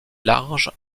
large